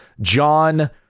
John